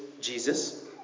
Jesus